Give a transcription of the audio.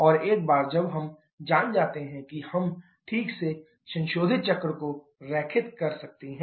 और एक बार जब हम जान जाते हैं कि हम ठीक से संशोधित चक्र को रेखित कर सकते हैं